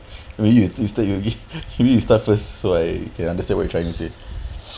maybe you you start okay maybe you start first so I can understand what you trying to say